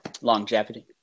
longevity